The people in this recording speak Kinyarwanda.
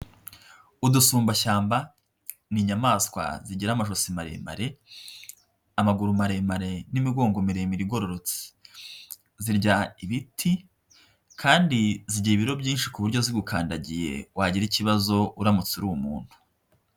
Udusumbashyamba ni inyamaswa zigira amajosi maremare, amaguru maremare n'imigongo miremire igororotse, zirya ibiti kandi zigira ibiro byinshi ku buryo zigukandagiye wagira ikibazo uramutse uri umuntu.